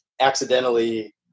accidentally